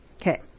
Okay